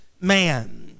man